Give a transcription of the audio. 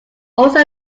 also